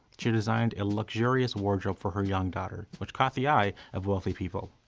she designed a luxurious wardrobe for her young daughter, which caught the eye of wealthy people.